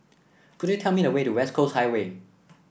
could you tell me the way to West Coast Highway